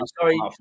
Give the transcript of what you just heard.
sorry